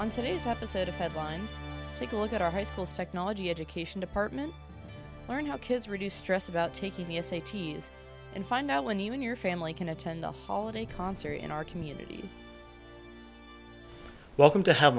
on today's episode of headlines take a look at our high schools technology education department learn how kids reduce stress about taking the s a t s and find out when you and your family can attend the holiday concert in our community welcome to have